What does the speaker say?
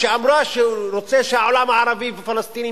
כשאמר שהוא רוצה שהעולם הערבי והפלסטינים